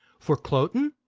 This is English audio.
for cloten,